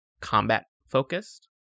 combat-focused